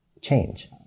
change